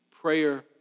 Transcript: prayer